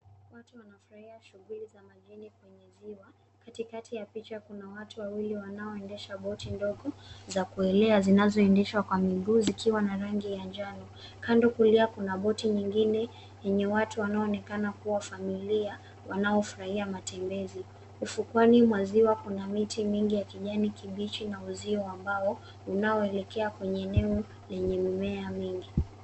Watu wanafurahi shughuli za majini kwenye ziwa, Katikati ya picha kuna watu wawili wanaoendesha boti ndogo za kuelea zinazoendeshwa kwa miguu, zikiwa na rangi ya njano. Kando, kulia, kuna boti nyingine yenye watu wanaonekana kuwa familia, wanaofurahia matembezi. Ufukoni mwa ziwa, kuna miti mingi ya kijani kibichi na uzio wa mbao unaoelekea kwenye eneo lenye mimea mingi.